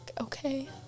Okay